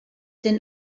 den